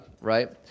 right